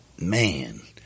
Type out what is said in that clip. Man